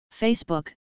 Facebook